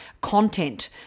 content